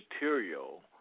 material